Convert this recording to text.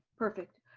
perfect.